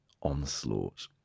onslaught